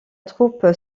troupe